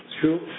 true